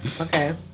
okay